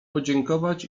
podziękować